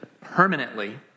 permanently